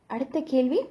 அடுத்த கேள்வி:adutha kaelvi